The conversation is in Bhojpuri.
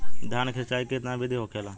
धान की सिंचाई की कितना बिदी होखेला?